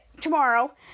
tomorrow